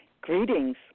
Greetings